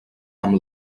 amb